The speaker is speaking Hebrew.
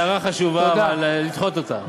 הערה חשובה, אבל, לדחות אותה.